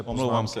Omlouvám se.